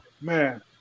man